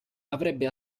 avrebbe